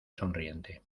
sonriente